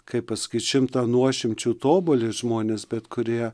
kaip pasakyt šimtą nuošimčių tobuli žmonės bet kurie